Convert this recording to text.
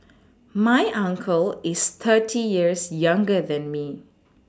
my uncle is thirty years younger than me